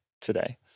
today